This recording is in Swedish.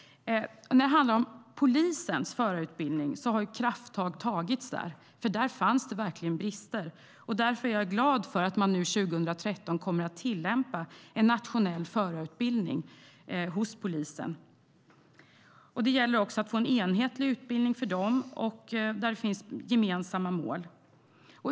När det handlar om polisens förarutbildning har krafttag tagits. Där fanns det verkligen brister. Jag är därför glad för att man nu 2013 kommer att tillämpa en nationell förarutbildning hos polisen. Det gäller att få en enhetlig utbildning för dem där det finns gemensamma mål.